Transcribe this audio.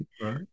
right